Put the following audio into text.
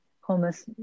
homeless